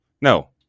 no